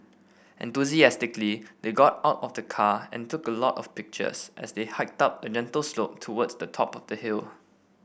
enthusiastically they got out of the car and took a lot of pictures as they hiked up a gentle slope towards the top of the hill